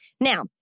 Now